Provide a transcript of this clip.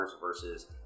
versus